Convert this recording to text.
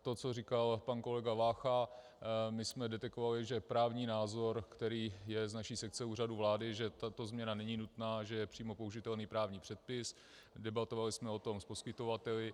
To, co říkal pan kolega Vácha, my jsme detekovali, že právní názor, který je z naší sekce Úřadu vlády, že tato změna není nutná, že je přímo použitelný právní předpis, debatovali jsme o tom s poskytovateli.